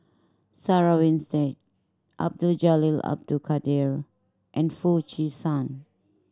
Sarah Winstedt Abdul Jalil Abdul Kadir and Foo Chee San